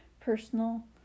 personal